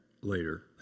later